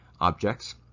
objects